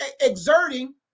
exerting